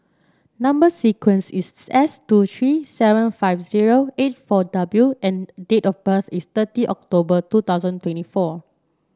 number sequence is S two three seven five zero eight four W and date of birth is thirty October two thousand twenty four